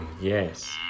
yes